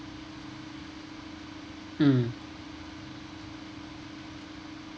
mm